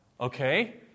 Okay